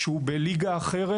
הוא בליגה אחרת,